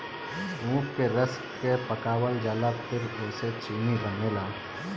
ऊख के रस के पकावल जाला फिर ओसे चीनी बनेला